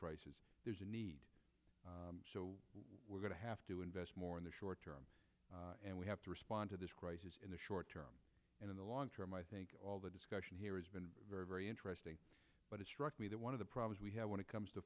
prices there's a need so we're going to have to invest more in the short term and we have to respond to this crisis in the short term and in the long term i think all the discussion here has been very very interesting but it struck me that one of the problems we have when it comes to